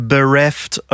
Bereft